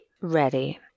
Ready